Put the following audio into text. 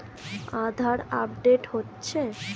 আধার update হচ্ছে?